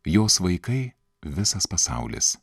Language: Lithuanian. jos vaikai visas pasaulis